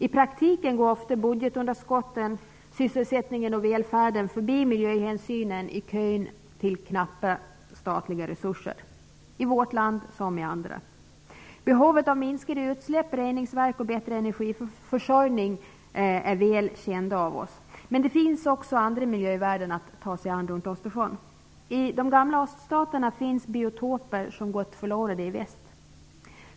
I praktiken går ofta budgetunderskotten, sysselsättningen och välfärden förbi miljöhänsynen i kön till knappa statliga resurser. Det gäller såväl i vårt land som i andra länder. Behovet av minskade utsläpp, reningsverk och bättre energiförsörjning är väl kända av oss. Men det finns också andra miljövärden att ta sig an runt Östersjön. I de gamla öststaterna finns biotoper som har gått förlorade i väst.